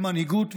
במנהיגות,